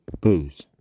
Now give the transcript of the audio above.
booze